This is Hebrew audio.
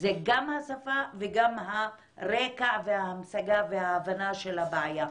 זה גם השפה וגם הרקע וההמשגה וההבנה של הבעיה.